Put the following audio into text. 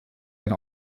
sein